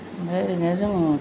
ओमफ्राय ओरैनो जों